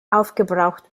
aufgebraucht